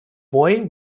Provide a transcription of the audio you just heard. boy